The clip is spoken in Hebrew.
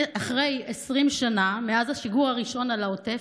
20 שנה מאז השיגור הראשון על העוטף,